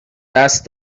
دست